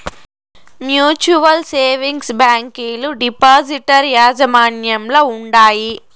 mutual savings బ్యాంకీలు depositor యాజమాన్యంల ఉండాయి